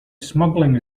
smuggling